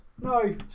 No